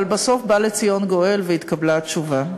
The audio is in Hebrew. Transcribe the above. אבל בסוף בא לציון גואל והתקבלה תשובה,